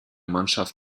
mannschaft